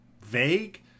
vague